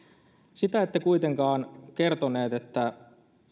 sitä ette kuitenkaan kertoneet että